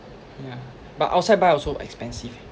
yeah but outside buy also expensive eh